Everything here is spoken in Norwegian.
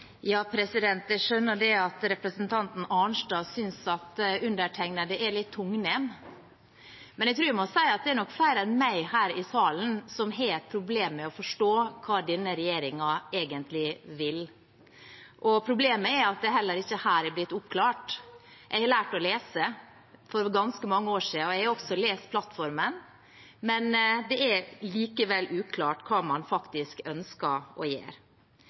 flere enn meg her i salen som har et problem med å forstå hva denne regjeringen egentlig vil. Problemet er at det heller ikke her er blitt oppklart. Jeg har lært å lese, for ganske mange år siden, og jeg har også lest plattformen, men det er likevel uklart hva man faktisk ønsker å gjøre.